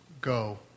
go